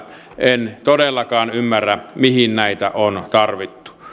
en todellakaan ymmärrä mihin näitä on tarvittu